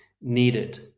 needed